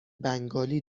بنگالی